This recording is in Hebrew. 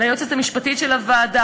ליועצת המשפטית של הוועדה,